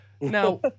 Now